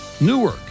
Newark